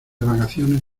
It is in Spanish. vacaciones